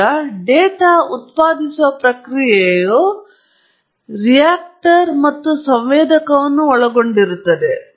ಈಗ ಡೇಟಾ ಉತ್ಪಾದಿಸುವ ಪ್ರಕ್ರಿಯೆಯು ರಿಯಾಕ್ಟರ್ ಮತ್ತು ಸಂವೇದಕವನ್ನು ಒಳಗೊಂಡಿರುತ್ತದೆ